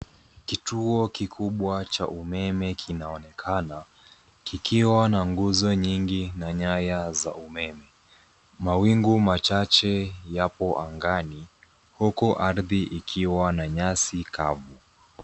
Kituo kikubwa cha umeme kinaonekana kikiwa na nguzo nyingi na nyaya za umeme. Mawingu machache yapo angani huku ardhi ikiwa na nyasi kavu.